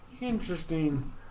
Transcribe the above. Interesting